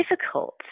difficult